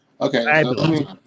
Okay